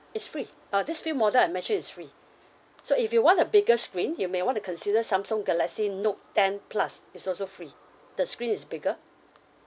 is free uh these few model I mentioned is free so if you want a bigger screen you may want to consider samsung galaxy note ten plus is also free the screen is bigger